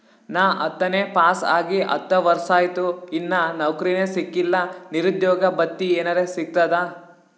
ನಾ ಹತ್ತನೇ ಪಾಸ್ ಆಗಿ ಹತ್ತ ವರ್ಸಾತು, ಇನ್ನಾ ನೌಕ್ರಿನೆ ಸಿಕಿಲ್ಲ, ನಿರುದ್ಯೋಗ ಭತ್ತಿ ಎನೆರೆ ಸಿಗ್ತದಾ?